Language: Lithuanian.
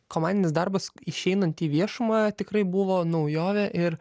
komandinis darbas išeinant į viešumą tikrai buvo naujovė ir